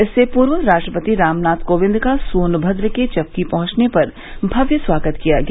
इससे पूर्व राष्ट्रपति रामनाथ कोविंद का सोनभद्र के चपकी पहुंचने पर भव्य स्वागत किया गया